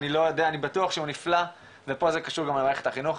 אני לא יודע אני בטוח שהוא נפלא ופה זה קשור למערכת החינוך,